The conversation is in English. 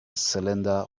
cylinder